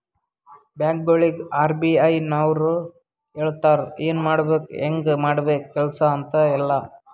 ಬ್ಯಾಂಕ್ಗೊಳಿಗ್ ಆರ್.ಬಿ.ಐ ನವ್ರು ಹೇಳ್ತಾರ ಎನ್ ಮಾಡ್ಬೇಕು ಹ್ಯಾಂಗ್ ಮಾಡ್ಬೇಕು ಕೆಲ್ಸಾ ಅಂತ್ ಎಲ್ಲಾ